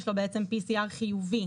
יש לו בעצם PCR חיובי,